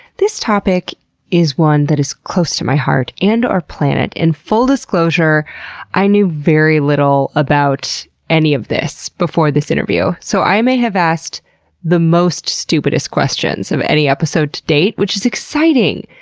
this topic is one that is close to my heart and our planet, and full disclosure i knew very little about any of this before this interview, so i may have asked the most stupidest questions of any episode to date, which is exciting!